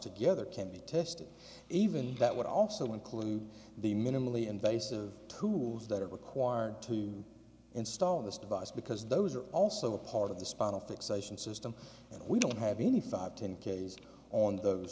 together can be tested even that would also include the minimally invasive tools that are required to install this device because those are also a part of the spinal fixation system and we don't have any five ten k s on those